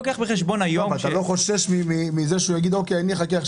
אתה לא חושש מזה שהוא יגיד שאני אחכה,